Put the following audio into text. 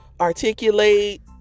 articulate